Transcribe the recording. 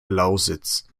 lausitz